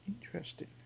Interesting